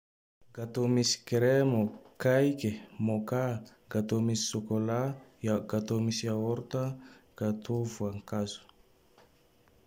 Gatô misy kremo, kaiky, môkà, gatô misy sôkôlà, ya-gatô misy yaorta, gatô voankazo.